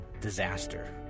disaster